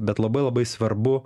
bet labai labai svarbu